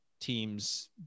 teams